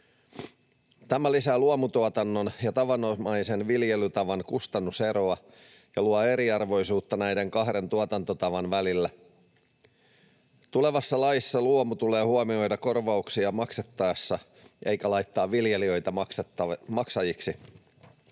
Tämä lisää luomutuotannon ja tavanomaisen viljelytavan kustannuseroa ja luo eriarvoisuutta näiden kahden tuotantotavan välillä. Tulevassa laissa luomu tulee huomioida korvauksia maksettaessa eikä laittaa viljelijöitä maksajiksi.